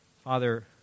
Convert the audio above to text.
Father